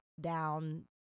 down